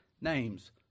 name's